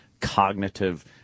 cognitive